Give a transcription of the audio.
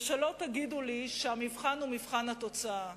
ושלא תגידו לי שהמבחן הוא מבחן התוצאה.